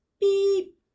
beep